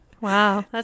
Wow